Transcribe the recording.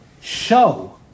show